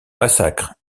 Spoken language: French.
massacre